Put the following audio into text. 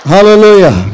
Hallelujah